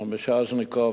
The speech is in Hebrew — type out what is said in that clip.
השר מיסז'ניקוב,